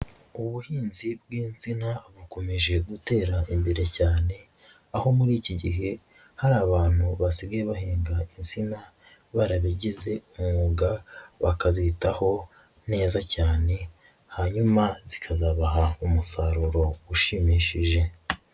Ubuhinzi bw'insina bukomeje gutera imbere cyane, aho muri iki gihe hari abantu basigaye bahinga insina barabigize umwuga bakazitaho neza cyane, hanyuma zikazabaha umusaruro ushimishije.